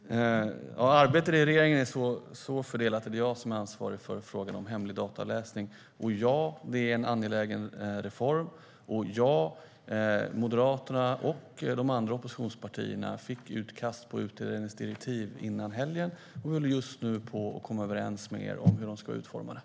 Herr talman! Arbetet i regeringen är så fördelat att det är jag som är ansvarig för frågorna om hemlig datavläsning. Ja, det är en angelägen reform. Ja, Moderaterna och de andra oppositionspartierna fick ett utkast till utredningens direktiv före helgen, och vi håller just nu på att komma överens med er om hur de ska utformas.